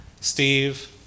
Steve